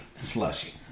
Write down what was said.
slushy